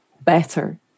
better